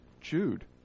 Jude